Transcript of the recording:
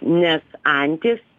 nes antis